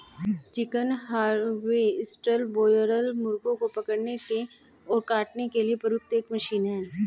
chicken harvester broiler मुर्गों को पकड़ने और काटने के लिए प्रयुक्त एक मशीन है